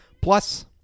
Plus